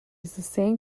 same